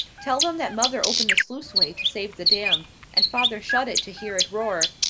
tell them that mother opened the sluiceway to save the dam and father shut it to hear it roar,